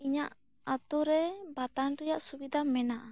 ᱤᱧᱟᱹᱜ ᱟᱛᱳ ᱨᱮ ᱵᱟᱛᱟᱱ ᱨᱮᱭᱟᱜ ᱥᱩᱵᱤᱫᱟ ᱢᱮᱱᱟᱜᱼᱟ